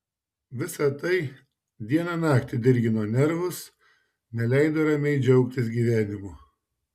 visa tai dieną naktį dirgino nervus neleido ramiai džiaugtis gyvenimu